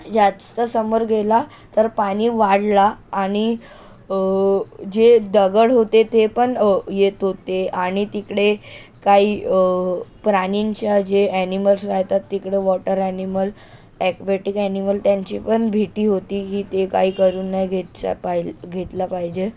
जास्त समोर गेला तर पाणी वाढला आणि जे दगड होते ते पण येत होते आणि तिकडे काही प्राणींच्या जे ॲनिमल्स राहतात तिकडं वॉटर ॲनिमल एक्वेटिक ॲनिमल त्यांची पण भीती होती की ते काय करून नाही घ्यायचा पाय घेतला पाह्यजे